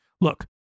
Look